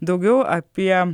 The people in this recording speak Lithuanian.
daugiau apie